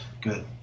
Good